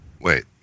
wait